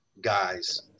guys